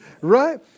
right